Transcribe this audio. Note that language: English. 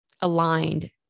aligned